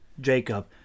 Jacob